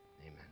Amen